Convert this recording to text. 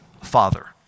father